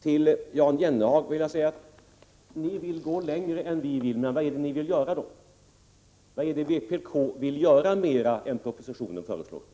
Till Jan Jennehag vill jag säga: Vpk vill alltså gå längre än vi vill, men vad är det då ni vill göra utöver det som propositionen föreslår?